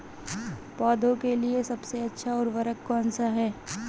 पौधों के लिए सबसे अच्छा उर्वरक कौनसा हैं?